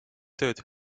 tööd